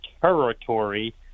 Territory